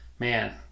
Man